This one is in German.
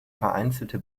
vereinzelte